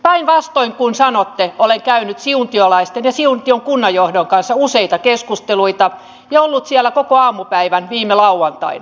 päinvastoin kuin sanotte olen käynyt siuntiolaisten ja siuntion kunnanjohdon kanssa useita keskusteluita ja ollut siellä koko aamupäivän viime lauantaina